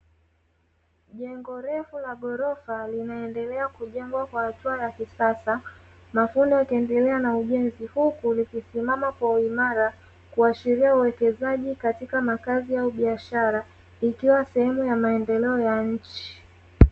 Jengo refu la ghorofa linaendelea kujengwa kwa hatua ya kisasa, mafundi wakiendelea kwa ujenzi, huku likisimama kwa uimara kuashiria uwekezaji katika makazi au biashara ikiwa ni sehemu ya maendeleo ya nchi.